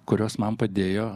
kurios man padėjo